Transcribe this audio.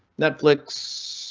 netflix.